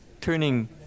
turning